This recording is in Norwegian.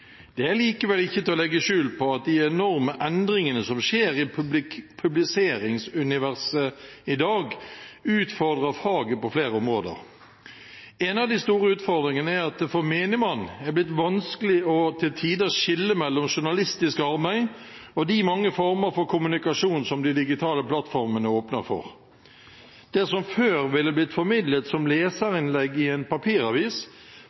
Det er likevel ikke til å legge skjul på at de enorme endringene som skjer i publiseringsuniverset i dag, utfordrer faget på flere områder. En av de store utfordringene er at det for menigmann til tider er blitt vanskelig å skille mellom journalistisk arbeid og de mange former for kommunikasjon som de digitale plattformene åpner for. Det som før ville blitt formidlet som leserinnlegg i en papiravis,